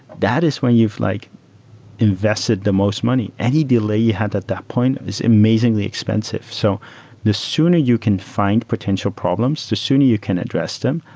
that is when you've like invested the most money. any delay you had at that point is amazingly expensive. so the sooner you can fi nd potential problems, the sooner you can address them,